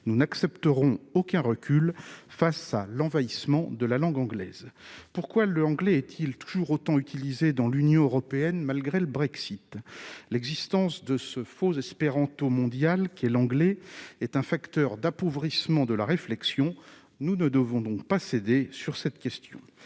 nous n'accepterons aucun recul face à l'envahissement de la langue anglaise, pourquoi le anglais est-il toujours autant utilisés dans l'Union européenne, malgré le Brexit l'existence de ce faux espéranto mondial qui est l'anglais, est un facteur d'appauvrissement de la réflexion, nous ne devons donc pas céder sur cette question,